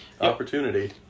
opportunity